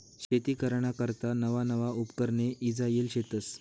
शेती कराना करता नवा नवा उपकरणे ईजायेल शेतस